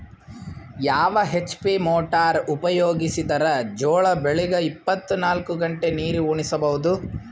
ಯಾವ HP motor ಉಪಯೋಗಿಸಿದರ ಜೋಳ ಬೆಳಿಗ ಇಪ್ಪತ ನಾಲ್ಕು ಗಂಟೆ ನೀರಿ ಉಣಿಸ ಬಹುದು?